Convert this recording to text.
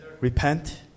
repent